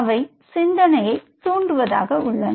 அவை சிந்தனையை தூண்டுவதாக உள்ளன